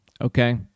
okay